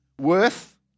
worth